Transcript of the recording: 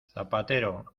zapatero